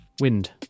wind